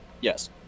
Yes